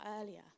earlier